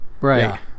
right